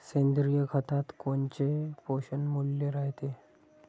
सेंद्रिय खतात कोनचे पोषनमूल्य रायते?